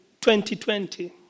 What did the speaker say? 2020